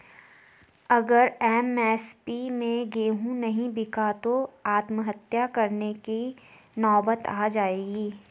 अगर एम.एस.पी पे गेंहू नहीं बिका तो आत्महत्या करने की नौबत आ जाएगी